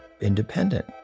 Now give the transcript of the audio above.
independent